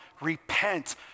Repent